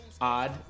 odd